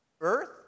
earth